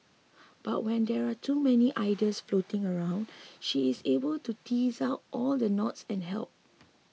but when there are too many ideas floating around she is able to tease out all the knots and help